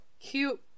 cute